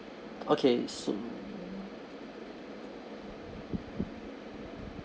okay so